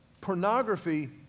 pornography